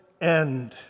end